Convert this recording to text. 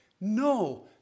No